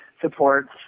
supports